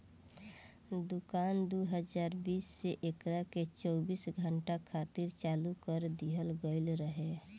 दुकान दू हज़ार बीस से एकरा के चौबीस घंटा खातिर चालू कर दीहल गईल रहे